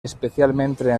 especialmente